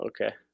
Okay